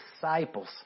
disciples